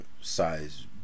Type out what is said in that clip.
size